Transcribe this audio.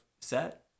set